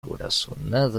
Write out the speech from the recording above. corazonada